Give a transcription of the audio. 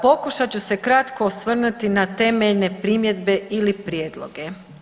Pokušat ću se kratko osvrnuti na temeljne primjedbe ili prijedloge.